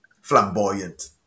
flamboyant